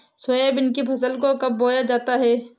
Soybean की फसल को कब बोया जाता है?